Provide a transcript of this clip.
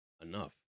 Enough